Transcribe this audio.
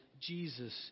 Jesus